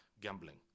gambling